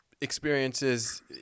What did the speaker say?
experiences